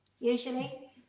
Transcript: usually